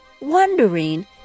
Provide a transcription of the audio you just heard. wondering